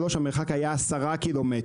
שלוש המרחק היה 10 קילומטר.